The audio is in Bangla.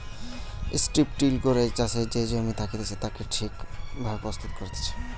স্ট্রিপ টিল করে চাষের যে জমি থাকতিছে তাকে ঠিক ভাবে প্রস্তুত করতিছে